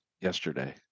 yesterday